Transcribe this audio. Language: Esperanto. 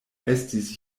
estis